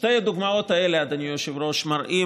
שתי הדוגמאות האלה, אדוני היושב-ראש, מראות